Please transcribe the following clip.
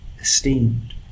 esteemed